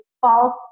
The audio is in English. false